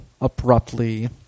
abruptly